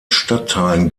stadtteilen